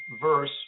verse